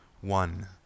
one